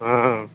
ହଁ